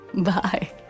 Bye